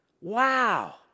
Wow